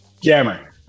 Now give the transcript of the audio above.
Jammer